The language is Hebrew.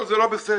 זה לא בסדר.